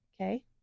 Okay